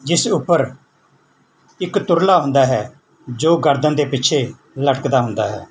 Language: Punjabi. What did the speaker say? ਜਿਸ ਉੱਪਰ ਇੱਕ ਤੁਰਲਾ ਹੁੰਦਾ ਹੈ ਜੋ ਗਰਦਨ ਦੇ ਪਿੱਛੇ ਲਟਕਦਾ ਹੁੰਦਾ ਹੈ